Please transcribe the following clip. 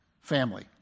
family